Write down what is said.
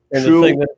True